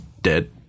dead